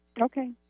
Okay